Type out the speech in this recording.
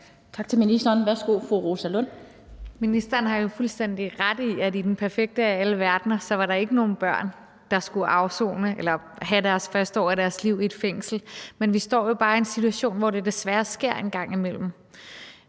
Ministeren har jo fuldstændig ret i, at i den perfekte af alle verdener var der ikke nogen børn, der skulle afsone eller have de første år af deres liv i et fængsel. Men vi står jo bare i en situation, hvor det desværre sker en gang imellem.